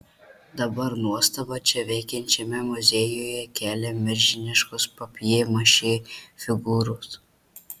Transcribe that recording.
dabar nuostabą čia veikiančiame muziejuje kelia milžiniškos papjė mašė figūros